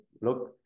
look